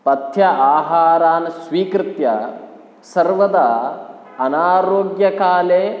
पथ्य आहारान् स्वीकृत्य सर्वदा अनारोग्यकाले